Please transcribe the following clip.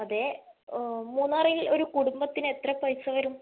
അതെ മൂന്നാറിൽ ഒരു കുടുംബത്തിന് എത്ര പൈസ വരും